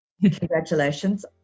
congratulations